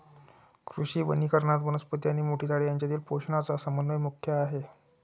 कृषी वनीकरणात, वनस्पती आणि मोठी झाडे यांच्यातील पोषणाचा समन्वय मुख्य आहे